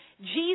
Jesus